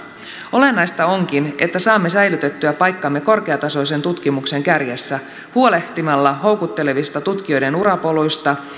olennaista onkin että saamme säilytettyä paikkamme korkeatasoisen tutkimuksen kärjessä huolehtimalla houkuttelevista tutkijoiden urapoluista